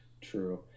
true